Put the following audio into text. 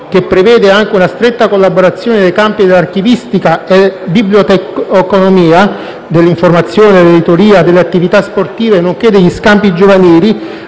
che prevede anche una stretta collaborazione nei campi dell'archivistica e biblioteconomia, dell'informazione, dell'editoria, delle attività sportive nonché degli scambi giovanili,